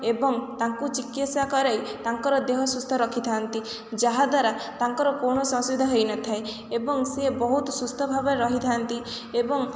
ଏବଂ ତାଙ୍କୁ ଚିକିତ୍ସା କରାଇ ତାଙ୍କର ଦେହ ସୁସ୍ଥ ରଖିଥାନ୍ତି ଯାହାଦ୍ୱାରା ତାଙ୍କର କୌଣସି ଅସୁବିଧା ହେଇନଥାଏ ଏବଂ ସେ ବହୁତ ସୁସ୍ଥ ଭାବେ ରହିଥାନ୍ତି ଏବଂ